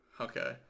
Okay